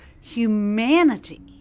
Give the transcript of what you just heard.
humanity